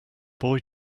boy